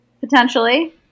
potentially